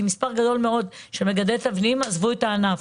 כי מספר גדול מאוד של מגדלי תבלינים עזבו את הענף,